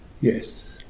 yes